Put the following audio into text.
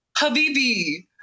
Habibi